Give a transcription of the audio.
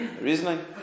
reasoning